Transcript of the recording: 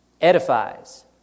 edifies